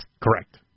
Correct